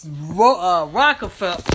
Rockefeller